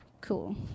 Cool